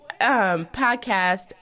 podcast